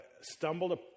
stumbled